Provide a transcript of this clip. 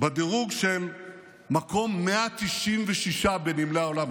בדירוג של מקום 196 בנמלי העולם,